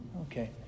Okay